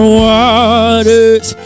waters